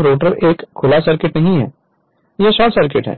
अब रोटर एक खुला सर्किट नहीं है यह शॉर्ट सर्किट है